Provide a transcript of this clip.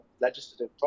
legislative